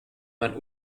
man